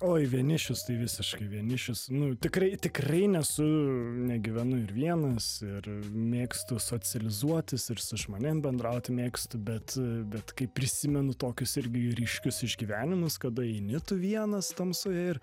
oi vienišius tai visiškai vienišius nu tikrai tikrai ne su negyvenu ir vienas ir mėgstu socializuotis ir su žmonėm bendrauti mėgstu bet bet kaip prisimenu tokius irgi ryškius išgyvenimus kada eini tu vienas tamsoje ir